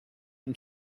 und